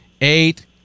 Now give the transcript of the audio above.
eight